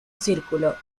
círculo